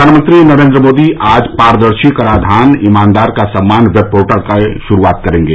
प्रधानमंत्री नरेन्द्र मोदी आज पारदर्शी कराधान ईमानदार का सम्मान वेब पोर्टल की शुरूआत करेंगे